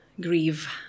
grieve